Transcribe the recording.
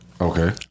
Okay